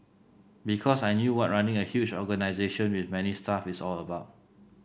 because I knew what running a huge organisation with many staff is all about